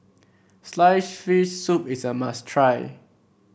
slice fish soup is a must try